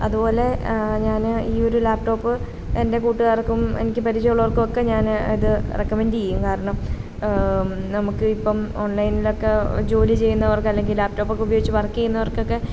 അതുപോലെ ഞാൻ ഈയൊരു ലാപ്ടോപ്പ് എൻ്റെ കൂട്ടുകാർക്കും എനിക്ക് പരിചയമുള്ളവർക്കുമൊക്കെ ഞാൻ ഇതു റെക്കമെൻ്റ് ചെയ്യും കാരണം നമുക്കിപ്പം ഓൺലൈനിലൊക്കെ ജോലി ചെയ്യുന്നവർക്കല്ലെങ്കിൽ ലാപ്ടോപ്പൊക്കെ ഉപയോഗിച്ച് വർക്ക് ചെയ്യുന്നവർക്കൊക്കെ